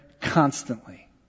constantly